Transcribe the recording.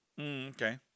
okay